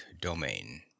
domain